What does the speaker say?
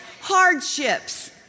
hardships